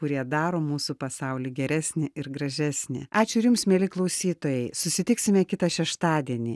kurie daro mūsų pasaulį geresnį ir gražesnį ačiū ir jums mieli klausytojai susitiksime kitą šeštadienį